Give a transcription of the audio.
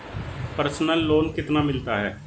Personal loan कितना मिलता है?